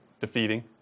defeating